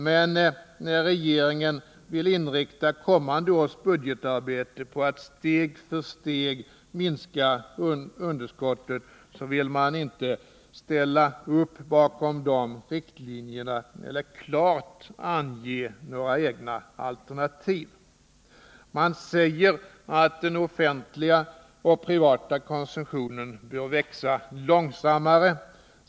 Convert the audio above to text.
Men när regeringen vill inrikta kommande års budgetarbete på att steg för steg minska underskottet vill man inte ställa upp bakom de riktlinjerna eller klart ange några egna alternativ. Man säger att den offentliga och privata konsumtionen bör växa långsammare.